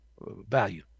value